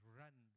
run